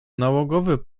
nałogowy